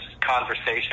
conversation